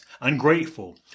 ungrateful